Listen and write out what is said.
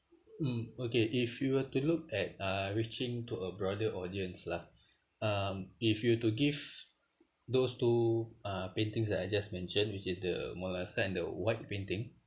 mm okay if you were to look at uh reaching to a broader audience lah um if you were to give those two uh paintings that I just mentioned which is the mona lisa and the white painting